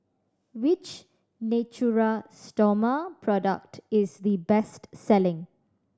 which Natura Stoma product is the best selling